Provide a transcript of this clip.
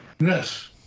Yes